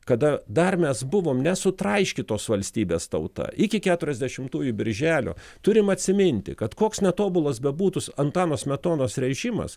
kada dar mes buvom nesutraiškytos valstybės tauta iki keturiasdešimtųjų birželio turim atsiminti kad koks netobulas bebūtų antano smetonos režimas